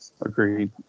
Agreed